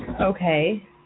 Okay